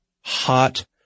hot